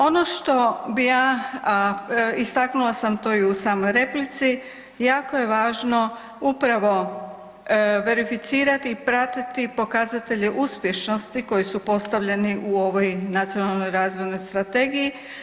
Ono bi ja, a istaknula sam to i u samoj replici jako je važno upravo verificirati i pratiti pokazatelje uspješnosti koji su postavljeni u ovoj nacionalnoj razvojnoj strategiji.